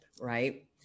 right